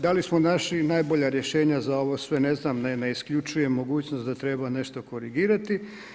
Da li smo našli najbolja rješenja za ovo sve, ne znam, ne isključuje mogućnost da treba nešto korigirati.